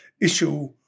issue